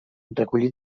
recollí